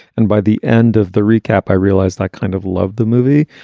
and by the end of the recap, i realized i kind of loved the movie.